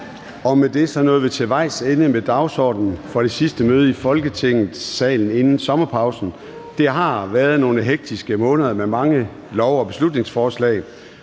Med det nåede vi til vejs ende med dagsordenen for det sidste møde i Folketingssalen inden sommerpausen. Det har været nogle hektiske måneder med mange lov- og beslutningsforslag,